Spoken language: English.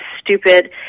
stupid